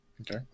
Okay